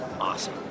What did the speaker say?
awesome